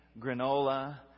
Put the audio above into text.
Granola